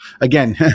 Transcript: again